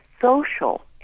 social